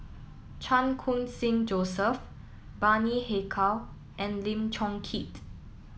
Chan Khun Sing Joseph Bani Haykal and Lim Chong Keat